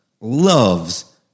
loves